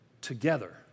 together